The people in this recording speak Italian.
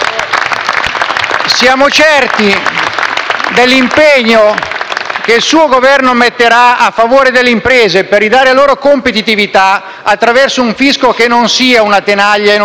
Siamo certi dell'impegno che il suo Governo metterà a favore delle imprese, per ridare loro competitività attraverso un fisco che non sia una tenaglia e non sia una